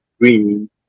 green